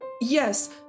Yes